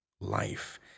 life